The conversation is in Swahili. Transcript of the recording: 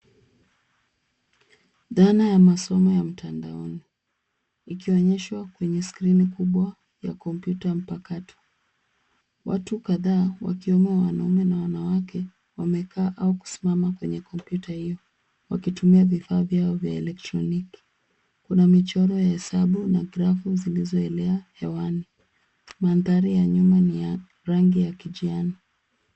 Dhana ya masomo ya mtandaoni ikionyeshwa kwenye skrini kubwa ya kompyuta mpakato. Watu kadhaa wakiwa wanaume na wanawake wamekaa au kusimama kwenye kompyuta hiyo wakitumia vifaa vyao vya elektroniki. Kuna michoro ya hesabu na grafu zilizoelea angani. Mandhari ya nyuma ni ya rangi ya kijani.